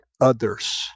others